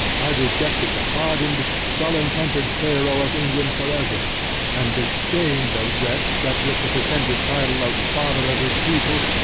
i rejected the hardened, sullen tempered pharaoh of england for ever and disdain the wretch, that with the pretended title of father of his people,